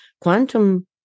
quantum